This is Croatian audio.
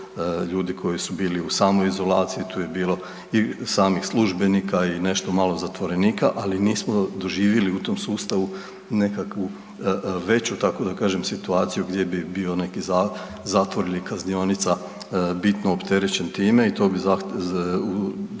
ljudi koji su bili u samoizolaciji, tu je bilo i samih službenika i nešto malo zatvorenika, ali nismo doživjeli u tom sustavu nekakvu veću tako da kažem situaciju gdje bi bio zatvor ili kaznionica bitno opterećen time i to bi zahtijevalo